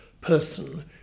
person